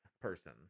person